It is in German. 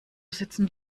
sitzen